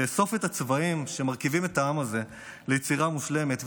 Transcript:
הוא לאסוף את הצבעים שמרכיבים את העם הזה ליצירה מושלמת,